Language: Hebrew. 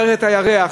מערכת הירח,